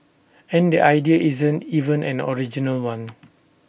and the idea isn't even an original one